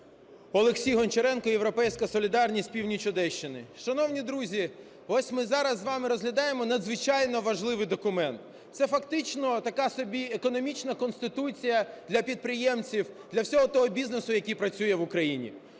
Олексій Гончаренко, "Європейська солідарність", північ Одещини. Шановні друзі, ось ми зараз з вами розглядаємо надзвичайно важливий документ – це фактично така собі економічна конституція для підприємців, для всього того бізнесу, який працює в Україні.